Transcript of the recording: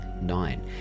nine